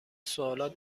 سوالات